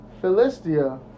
Philistia